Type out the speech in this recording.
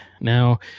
Now